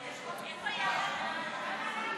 סעיפים1 44 נתקבלו.